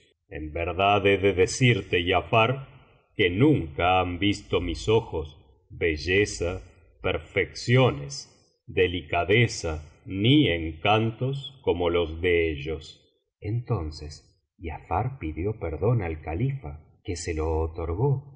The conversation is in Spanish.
en verdad he de decirte giafar que nunca han visto mis ojos belleza perfecciones delicadeza ni encantos como los de ellos entonces giafar pidió perdón al califa que se lo otorgó y